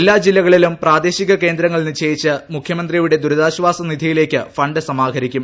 എല്ലാ ജില്ലകളിലും പ്രാദേശിക കേന്ദ്രങ്ങൾ നിശ്ചയിച്ച് മുഖ്യമന്ത്രിയുടെ ദൂരിതാശ്വാസനിധിയിലേക്ക് ഫണ്ട് സമാഹരിക്കും